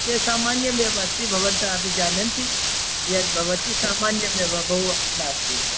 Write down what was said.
ते सामान्यमेव अस्ति भवन्तः अपि जानन्ति यद्भवति सामान्यमेव बहु नास्ति